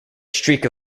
streak